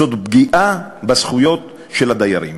זאת פגיעה בזכויות של הדיירים,